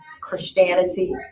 Christianity